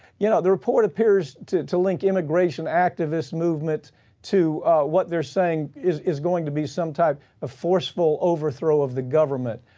you know, the report appears to, to link immigration activist movement to what they're saying is is going to be some type of forceful overthrow of the government.